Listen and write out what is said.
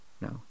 No